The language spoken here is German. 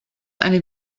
eine